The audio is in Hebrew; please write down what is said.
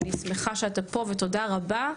אני שמחה שאתה פה ותודה רבה.